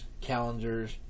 calendars